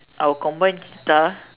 I would combine cheetah